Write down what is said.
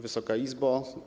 Wysoka Izbo!